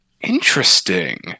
Interesting